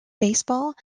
baseball